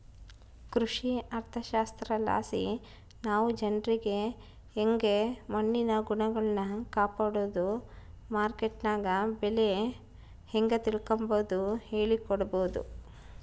ಕೃಷಿ ಅರ್ಥಶಾಸ್ತ್ರಲಾಸಿ ನಾವು ಜನ್ರಿಗೆ ಯಂಗೆ ಮಣ್ಣಿನ ಗುಣಗಳ್ನ ಕಾಪಡೋದು, ಮಾರ್ಕೆಟ್ನಗ ಬೆಲೆ ಹೇಂಗ ತಿಳಿಕಂಬದು ಹೇಳಿಕೊಡಬೊದು